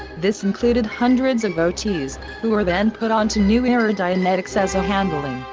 this included hundreds of ot's, who were then put onto new era dianetics as a handling.